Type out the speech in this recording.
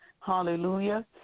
hallelujah